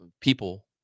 people